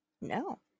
No